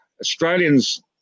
Australians